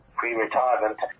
pre-retirement